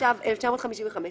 התשט"ו 1955‏,